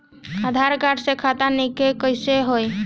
आधार card से खाता link कईसे होई?